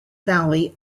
valley